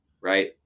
right